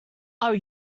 are